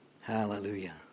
Hallelujah